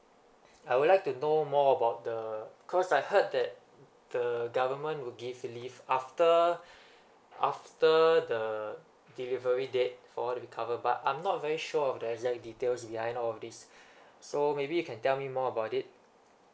I would like to know more about the cause I heard that the government will give leave after after the delivery date for recover but I'm not very sure of the exact details may I know all of these so maybe you can tell me more about it